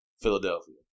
Philadelphia